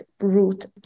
root